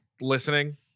listening